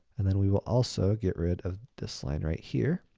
and then, we will also get rid of the sign right here.